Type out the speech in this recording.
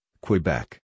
Quebec